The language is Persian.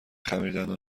خمیردندان